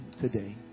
today